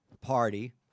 party